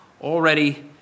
already